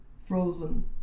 frozen